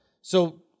So-